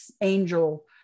angel